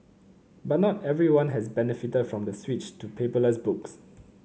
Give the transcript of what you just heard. but not everyone has benefited from the switch to paperless books